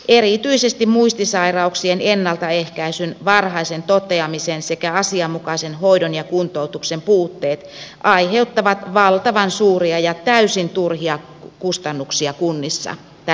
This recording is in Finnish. erityisesti muistisairauksien ennaltaehkäisyn varhai sen toteamisen sekä asianmukaisen hoidon ja kuntoutuksen puutteet aiheuttavat valtavan suuria ja täysin turhia kustannuksia kunnissa tällä hetkellä